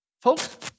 Folks